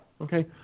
Okay